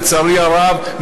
לצערי הרב,